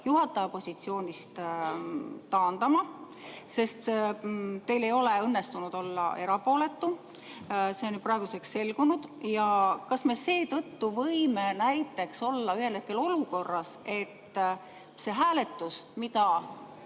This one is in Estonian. juhataja positsioonist taandama? Teil ei ole õnnestunud olla erapooletu, see on praeguseks selgunud. Kas me seetõttu võime olla ühel hetkel näiteks olukorras, et see hääletus, mida